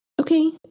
okay